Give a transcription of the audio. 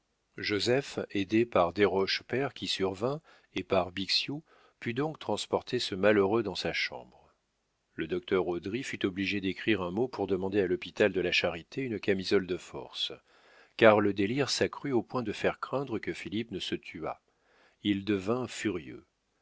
joseph aidé par desroches père qui survint et par bixiou put donc transporter ce malheureux dans sa chambre le docteur haudry fut obligé d'écrire un mot pour demander à l'hôpital de la charité une camisole de force car le délire s'accrut au point de faire craindre que philippe ne se tuât il devint furieux